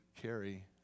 carry